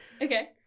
Okay